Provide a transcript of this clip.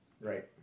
right